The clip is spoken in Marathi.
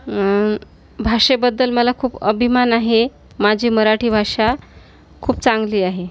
भाषेबद्दल मला खूप अभिमान आहे माझी मराठी भाषा खूप चांगली आहे